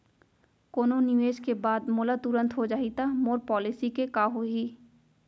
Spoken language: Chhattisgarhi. कोनो निवेश के बाद मोला तुरंत हो जाही ता मोर पॉलिसी के का होही?